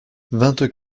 vingt